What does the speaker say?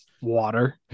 Water